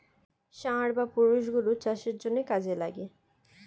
ষাঁড় বা পুরুষ গরু চাষের জন্যে কাজে লাগে